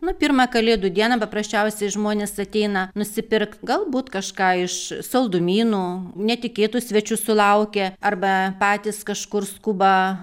nu pirmą kalėdų dieną paprasčiausiai žmonės ateina nusipirkt galbūt kažką iš saldumynų netikėtų svečių sulaukia arba patys kažkur skuba